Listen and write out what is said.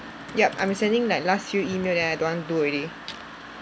yup I'm sending like last few email then I don't want do already